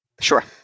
Sure